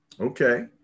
Okay